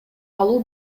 алуу